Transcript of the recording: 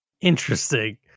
Interesting